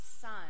son